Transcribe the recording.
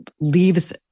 leaves